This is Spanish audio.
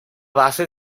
base